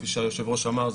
כפי שהיושב-ראש אמר,